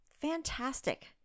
Fantastic